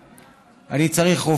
אני צריך טיפולי פיזיותרפיה,